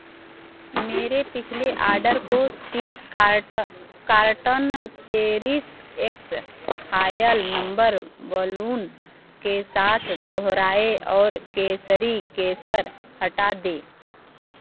मेरे पिछले आर्डर को तीस कार्ट कार्टन चेरिस एक्स फ़ायल नंबर बलून के साथ दोहराएँ और केसरी केसर हटा दें